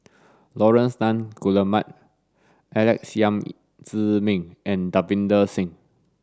Laurence Nunns Guillemard Alex Yam Ziming and Davinder Singh